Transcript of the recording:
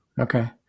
Okay